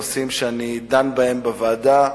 לסדר-היום בנושאים שאני דן בהם בוועדה.